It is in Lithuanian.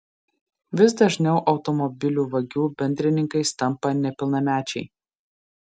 vis dažniau automobilių vagių bendrininkais tampa nepilnamečiai